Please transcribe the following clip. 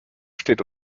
steht